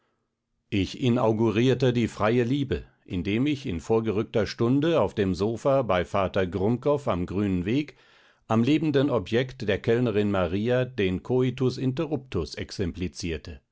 ich inaugurierte die freie liebe indem ich in vorgerückter stunde auf dem sofa bei vater grumbkow am grünen weg am lebenden objekt der kellnerin maria den coitus interruptus